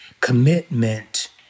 commitment